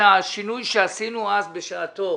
שהשינוי שעשינו בשעתו,